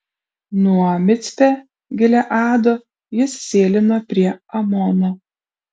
nuo micpe gileado jis sėlino prie amono